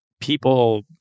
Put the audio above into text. people